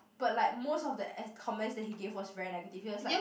but like most of the comments that he gave us very negative like